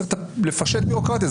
צריך לפשט בירוקרטיה.